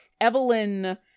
Evelyn